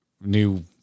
new